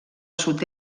sud